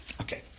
Okay